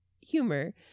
humor